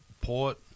Port